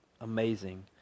amazing